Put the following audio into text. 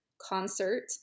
concert